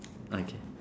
okay